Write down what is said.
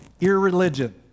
irreligion